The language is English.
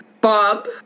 Bob